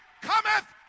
cometh